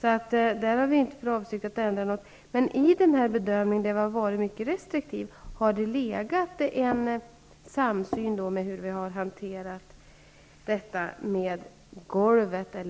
Där har vi inte för avsikt att ändra någonting. Men i bedömningen, där man har varit mycket restriktiv, har det varit en samsyn om sättet att hantera detta med miniminivån.